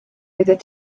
oeddet